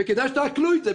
כדאי שתעכלו את זה.